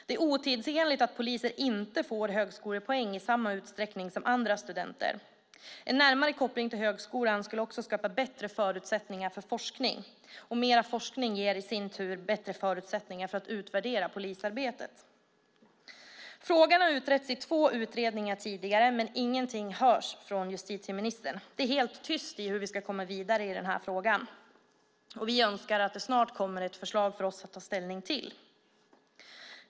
Det är otidsenligt att poliser inte får högskolepoäng i samma utsträckning som andra studenter. En närmare koppling till högskolan skulle skapa bättre förutsättningar för forskning, och mer forskning ger i sin tur bättre förutsättningar för att utvärdera polisarbetet. Frågan har utretts i två utredningar tidigare, men ingenting hörs från justitieministern. Det är helt tyst när det gäller hur vi ska komma vidare med denna fråga. Vi önskar att det snart kommer ett förslag för oss att ta ställning till.